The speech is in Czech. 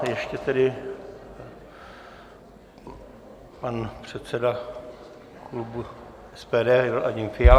Ještě tedy pan předseda klubu SPD Radim Fiala.